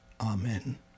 Amen